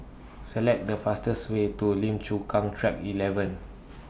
Select The fastest Way to Lim Chu Kang Track eleven